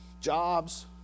jobs